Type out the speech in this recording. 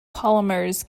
polymers